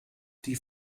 die